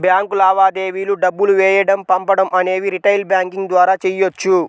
bank లావాదేవీలు డబ్బులు వేయడం పంపడం అనేవి రిటైల్ బ్యాంకింగ్ ద్వారా చెయ్యొచ్చు